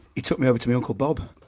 he took me over to me uncle bob,